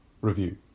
review